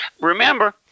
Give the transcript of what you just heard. Remember